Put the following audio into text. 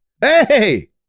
hey